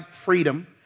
freedom